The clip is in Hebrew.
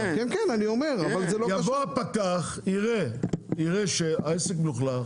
יבוא הפקח יראה שהעסק מלוכלך,